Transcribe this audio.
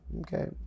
Okay